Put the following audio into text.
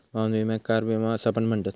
वाहन विम्याक कार विमा असा पण म्हणतत